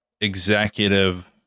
executive